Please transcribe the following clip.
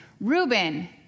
Reuben